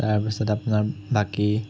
তাৰপিছত আপোনাৰ বাকী